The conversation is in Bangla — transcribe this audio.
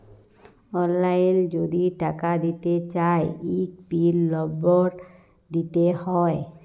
অললাইল যদি টাকা দিতে চায় ইক পিল লম্বর দিতে হ্যয়